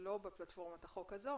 היא לא בפלטפורמת החוק הזו